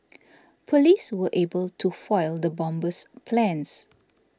police were able to foil the bomber's plans